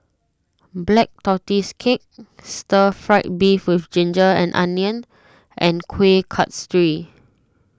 Black Tortoise Cake Stir Fried Beef with Ginger A Onions and Kuih Kasturi